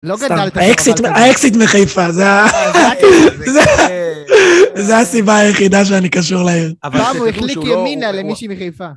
לא גדלת. האקסיט מחיפה, זה ה... זה הקטע הזה, כן. זה הסיבה היחידה שאני קשור להם. אבל הוא החליק ימינה למישהי מחיפה.